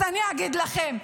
אז אני אגיד לכם: